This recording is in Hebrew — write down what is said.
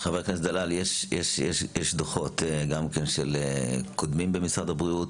חבר הכנסת דלל, יש גם דוחות קודמים במשרד הבריאות.